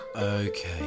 okay